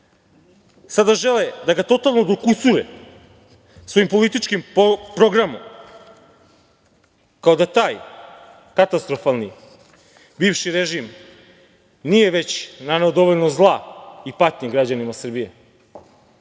sada žele da ga totalno dokusure svojim političkim programom, kao da taj katastrofalni bivši režim nije već naneo dovoljno zla i patnje građanima Srbije.